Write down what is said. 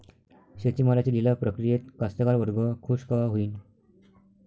शेती मालाच्या लिलाव प्रक्रियेत कास्तकार वर्ग खूष कवा होईन?